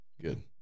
good